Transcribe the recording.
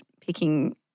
picking